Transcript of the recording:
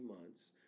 months